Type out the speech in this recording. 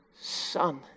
son